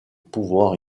pouvoir